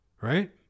right